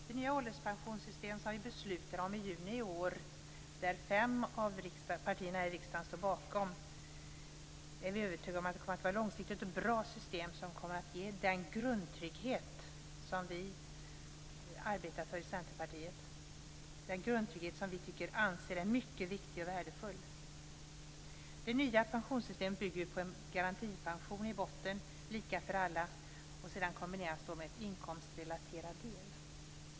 Det nya ålderspensionssystem som vi beslutade om i juni i år står fem av partierna i riksdagen bakom. Vi är övertygade om att det kommer att vara ett långsiktigt och bra system som kommer att ge den grundtrygghet som vi i Centerpartiet arbetar för - den grundtrygghet som vi anser är mycket viktig och värdefull. Det nya pensionssystemet bygger på en garantipension i botten, lika för alla, kombinerat med en inkomstrelaterad del.